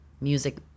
music